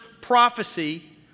prophecy